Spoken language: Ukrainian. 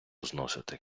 зносити